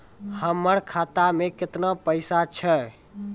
हमर खाता मैं केतना पैसा छह?